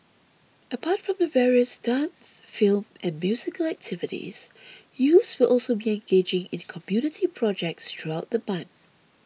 apart from the various dance film and musical activities youths will also be engaging in community projects throughout the month